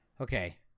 Okay